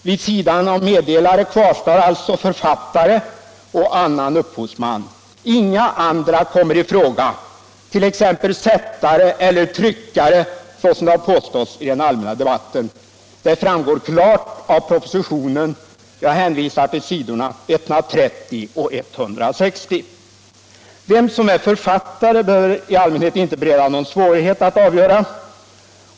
Vid sidan om meddelare kvarstår alltså författare och annan upphovsman. Inga andra kom mer i fråga, t.ex. sättare eller tryckare, så som det har påståtts i den allmänrna debatten. Det framgår klart av propositionen 1975/76:204. Jag hänvisar till sidorna 130 och 160. Vem som är författare bör i allmänhet inte bereda någon svårighet att avgöra.